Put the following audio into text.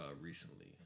recently